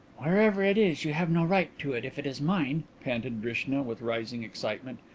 wherever it is you have no right to it if it is mine, panted drishna, with rising excitement.